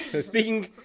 Speaking